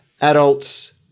Adults